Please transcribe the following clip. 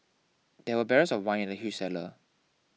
there were barrels of wine in the huge cellar